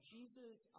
Jesus